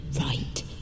right